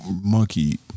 monkey